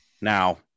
Now